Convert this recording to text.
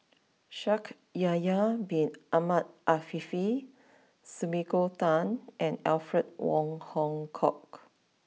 Shaikh Yahya Bin Ahmed Afifi Sumiko Tan and Alfred Wong Hong Kwok